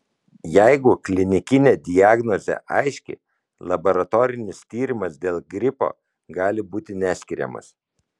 jeigu klinikinė diagnozė aiški laboratorinis tyrimas dėl gripo gali būti neskiriamas